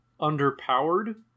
underpowered